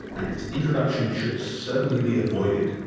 and its introduction should certainly be avoided,